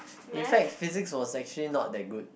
in fact physics was actually not that good